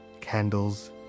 candles